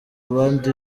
abandi